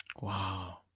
Wow